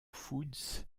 foods